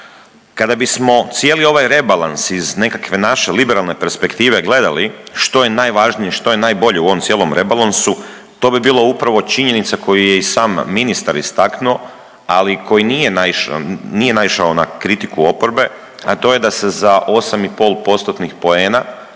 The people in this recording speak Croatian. Kada bismo cijeli ovaj rebalans iz nekakve naše liberalne perspektive gledali što je najvažnije, što je najbolje u ovom cijelom rebalansu to bi bilo upravo činjenica koju je i sam ministar istaknuo, ali koji nije naišao na kritiku oporbe, a to je da se za 8,5%-tnih poena